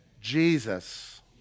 Jesus